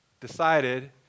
decided